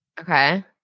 okay